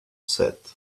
set